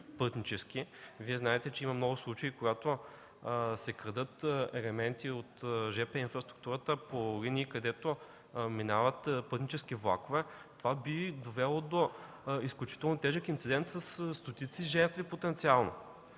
Вие знаете, че има много случаи, когато се крадат от елементи от жп инфраструктурата по линии, където минават пътнически влакове, това би довело до изключително тежък инцидент потенциално